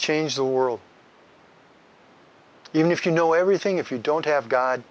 change the world even if you know everything if you don't have god